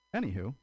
Anywho